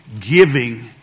giving